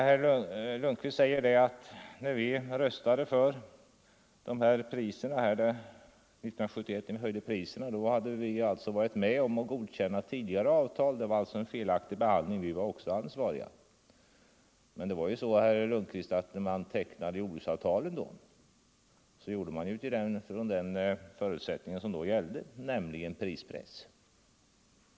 Herr Lundkvist säger att när vi röstade för de höjda priserna 1971 hade vi varit med om att godkänna tidigare avtal. Det var alltså en felaktig behandling, och vi var också ansvariga. Men, herr Lundkvist, när man tecknade jordbruksavtalen gjorde man det från den förutsättning som då gällde, nämligen prispress.